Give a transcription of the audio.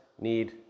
need